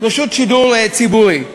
רשות שידור ציבורי.